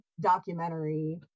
documentary